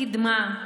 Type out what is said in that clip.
קדמה.